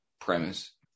premise